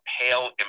pale